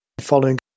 following